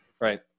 Right